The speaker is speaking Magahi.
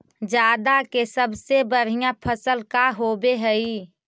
जादा के सबसे बढ़िया फसल का होवे हई?